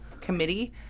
committee